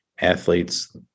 athletes